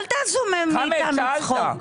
אל תעשו מאתנו צחוק.